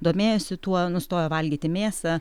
domėjosi tuo nustojo valgyti mėsą